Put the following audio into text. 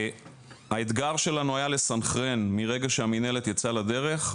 האתגר שלנו היה לסנכרן, מרגע שהמינהלת יצאה לדרך,